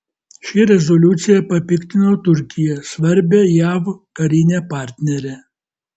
ši rezoliucija papiktino turkiją svarbią jav karinę partnerę